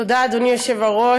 תודה, אדוני היושב-ראש.